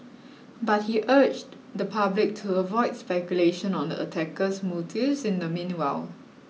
but he urged the public to avoid speculation on the attacker's motives in the meanwhile